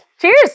Cheers